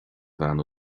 bhean